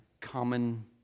common